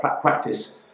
practice